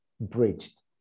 bridged